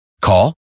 Call